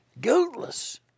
guiltless